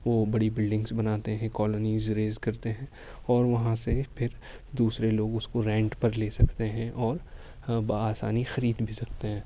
وہ بڑی بلڈنگس بناتے ہیں کالونیز ریز کرتے ہیں اور وہاں سے پھر دوسرے لوگ اس کو رینٹ پر لے سکتے ہیں اور بآسانی خرید بھی سکتے ہیں